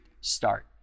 start